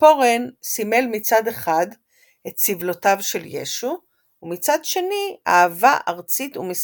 הציפורן סימל מצד אחד את סבלותיו של ישו ומצד שני אהבה ארצית ומסירות,